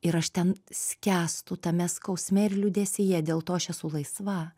ir aš ten skęstu tame skausme ir liūdesyje dėl to aš esu laisva